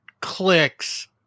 clicks